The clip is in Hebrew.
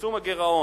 לצמצום הגירעון,